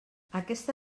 aquesta